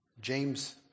James